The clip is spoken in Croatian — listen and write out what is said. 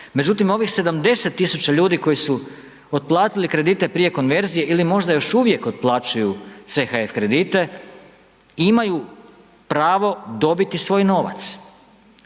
međutim ovih 70 tisuća ljudi koji su otplatili kredite prije konverzije ili možda još uvijek otplaćuju CHF kredite, imaju pravo dobiti svoj novac,